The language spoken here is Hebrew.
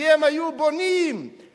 כי הם היו בונים גדולים,